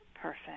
perfect